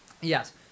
Yes